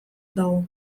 dago